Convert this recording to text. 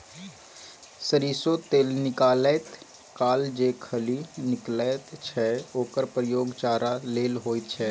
सरिसों तेल निकालैत काल जे खली निकलैत छै ओकर प्रयोग चारा लेल होइत छै